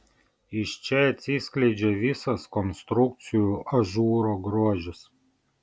iš čia atsiskleidžia visas konstrukcijų ažūro grožis